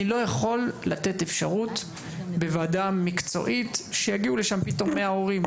אני לא יכול לתת אפשרות בוועדה מקצועית שיגיעו לשם פתאום מההורים,